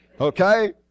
okay